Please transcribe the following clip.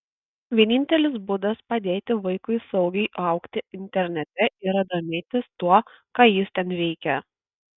vienintelis būdas padėti vaikui saugiai augti internete yra domėtis tuo ką jis ten veikia